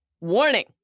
warning